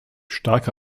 starke